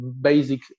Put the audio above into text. basic